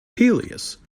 pelias